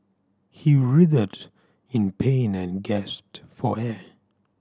he writhed in pain and gasped for air